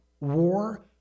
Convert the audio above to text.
war